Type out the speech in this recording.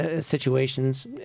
situations